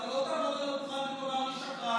אתה לא תעמוד על הדוכן ותאמר לי "שקרן".